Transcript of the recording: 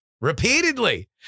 Repeatedly